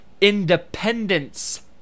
Independence